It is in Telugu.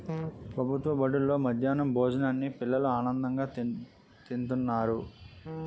ప్రభుత్వ బడుల్లో మధ్యాహ్నం భోజనాన్ని పిల్లలు ఆనందంగా తింతన్నారు